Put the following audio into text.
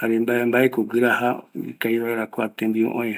jare mbae mbaeko guirajava ikavi vaera kua tembiu öe